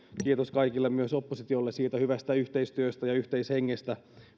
kiitos kaikille myös oppositiolle siitä hyvästä yhteistyöstä ja yhteishengestä